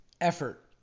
effort